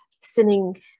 sitting